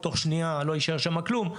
תוך שנייה לא יישאר שם כלום,